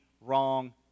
wrong